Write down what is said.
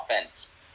offense